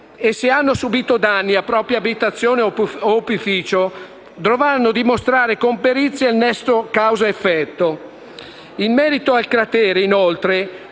e, se hanno subito danni alla propria abitazione o opificio, dovranno dimostrare con perizia il nesso tra causa ed effetto. In merito al cratere, inoltre,